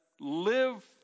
live